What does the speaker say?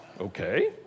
okay